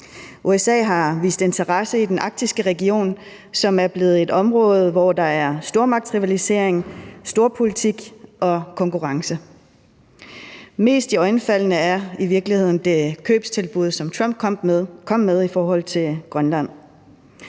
USA har vist interesse i den arktiske region, som er blevet et område, hvor der er stormagtsrivalisering, storpolitik og konkurrence. Mest iøjnefaldende er i virkeligheden det købstilbud, som Trump kom med i forhold til Grønland.